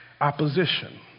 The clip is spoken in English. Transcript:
opposition